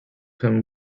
him